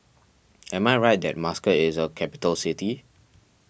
am I right that Muscat is a capital city